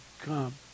Come